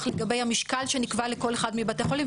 לגבי המשקל שנקבע לכל אחד מבתי החולים,